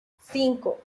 cinco